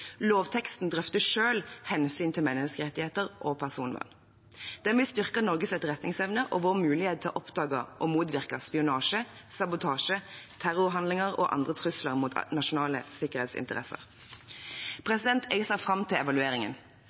Lovteksten drøfter selv hensynet til menneskerettigheter og personvern. Den vil styrke Norges etterretningsevne og vår mulighet til å oppdage og motvirke spionasje, sabotasje, terrorhandlinger og andre trusler mot nasjonale sikkerhetsinteresser. Jeg ser fram til evalueringen.